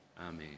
Amen